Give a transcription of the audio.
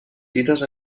fites